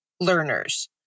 learners